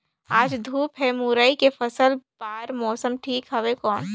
आज धूप हे मुरई के फसल बार मौसम ठीक हवय कौन?